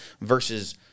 versus